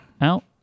Out